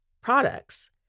products